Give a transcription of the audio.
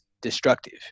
destructive